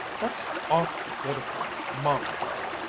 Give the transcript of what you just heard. that's awfully good of you, molly darling!